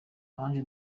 ange